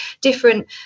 different